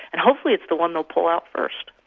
and hopefully it's the one they'll pull out first.